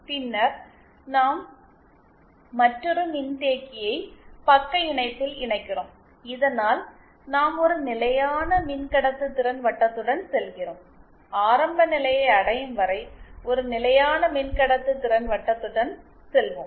பின்னர் நாம் மற்றொரு மின்தேக்கியை பக்க இணைப்பில் இணைக்கிறோம் இதனால் நாம் ஒரு நிலையான மின்கடத்துதிறன் வட்டத்துடன் செல்கிறோம் ஆரம்பநிலையை அடையும் வரை ஒரு நிலையான மின்கடத்துதிறன் வட்டத்துடன் செல்வோம்